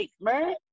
man